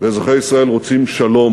ואזרחי ישראל רוצים שלום,